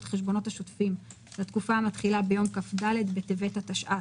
החשבונות השוטפים לתקופה המתחילה ביום כ"ד בטבת התשע"ט,